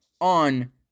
on